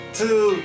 two